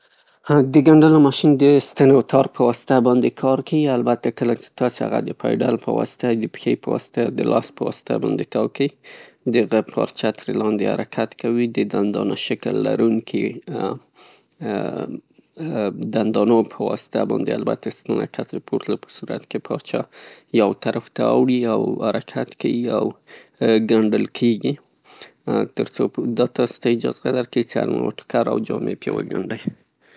د ګنډلو ماشین البته د ستن او تار پواسطه باندې کار کیي، البته کله چې تاسې هغه د پایډل پواسطه، د پښې په واسطه یا د لاس په واسطه باندې تاو کړئ، د هغه کار چتر لاندې حرکت کوي، د دندانه شکل لرونکو دندانو په واسطه باندې البته ستونو ښکته پورته تلو په صورت کې پارچه یو طرف ته اوړي او حرکت کیي او ګنډل کیږي؛ ترڅو دا تاسې ته اجازه درکیی چې هر نوعه توکر او جامې په باندې وګنډئ.